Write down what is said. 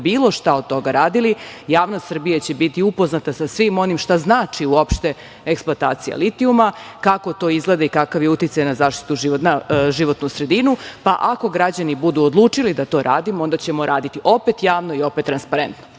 bilo šta od toga radili javnost Srbije će biti upoznata sa svim onim šta znači uopšte eksploatacija litijuma, kako to izgleda i kakav je uticaj na životnu sredinu, pa ako građani budu odlučili da to radimo, onda ćemo raditi, opet javno i opet transparentno. Poruka